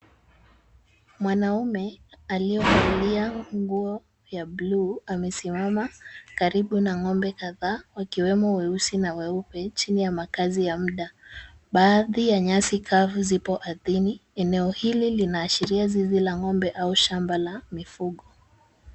Mwanaume aliyevalia nguo ya blue amesimama karibu na ng'ombe kadhaa wakiwemo weusi na weupe chini ya makaazi ya muda. Baadhi ya nyasi kavu zipo ardhini. Eneo hili linaashiria zizi la ng'ombe au shamba la mifugo.